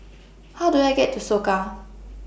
How Do I get to Soka